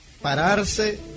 Pararse